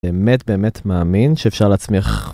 באמת באמת מאמין שאפשר להצמיח.